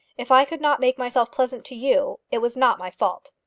if i could not make myself pleasant to you, it was not my fault.